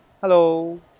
Hello